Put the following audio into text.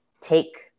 take